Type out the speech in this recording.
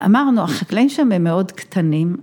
‫אמרנו, החקלאים שם הם מאוד קטנים.